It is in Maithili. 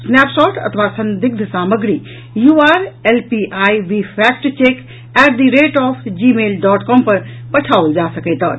स्नैपशॉट अथवा संदिग्ध सामग्री U R L P I B fact check at the rate of Gmail dot com पर पठाओल जा सकैत अछि